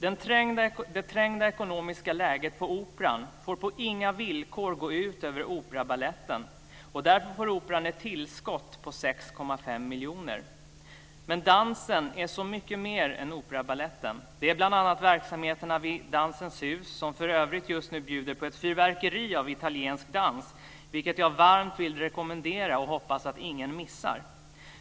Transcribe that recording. Det trängda ekonomiska läget på Operan får på inga villkor gå ut över Operabaletten. Därför får Operan ett tillskott på 6,5 miljoner. Men dansen är så mycket mer än Operabaletten. Det är bl.a. verksamheterna vid Dansens Hus, som för övrigt just nu bjuder på ett fyrverkeri av italiensk dans, vilket jag varmt vill rekommendera och hoppas att ingen missar.